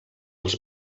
els